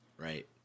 Right